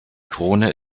krone